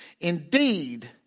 Indeed